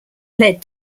led